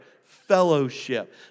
Fellowship